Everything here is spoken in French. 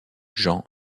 jean